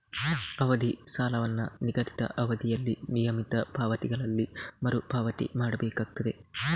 ಅವಧಿ ಸಾಲವನ್ನ ನಿಗದಿತ ಅವಧಿಯಲ್ಲಿ ನಿಯಮಿತ ಪಾವತಿಗಳಲ್ಲಿ ಮರು ಪಾವತಿ ಮಾಡ್ಬೇಕಾಗ್ತದೆ